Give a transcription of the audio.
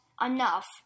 enough